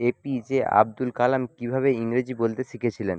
এ P J Abdul Kalam কীভাবে ইংরেজি বলতে শিখেছিলেন